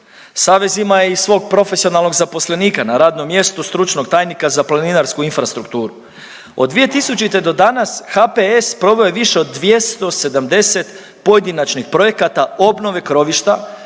Savez ima i svog profesionalnog zaposlenika za radnom mjestu stručnog tajnika za planinarsku infrastrukturu. Od 2000. do danas HPS proveo je više od 270 pojedinačnih projekata obnove krovišta,